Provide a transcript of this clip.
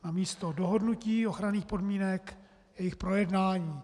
Namísto dohodnutí ochranných podmínek jejich projednání.